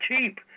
cheap